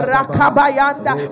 Rakabayanda